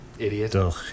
idiot